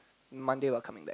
Monday we will coming back